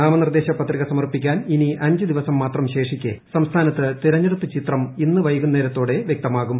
നാമനിർദ്ദേശപത്രിക സമർപ്പിക്കാൻ ഇനി അഞ്ച് ദിവസം മാത്രം ശേഷിക്കേ സംസ്ഥാനത്ത് തിരഞ്ഞെടുപ്പ് ചിത്രം ഇന്ന് വൈകുന്നേരത്തോടെ വ്യക്തമാകും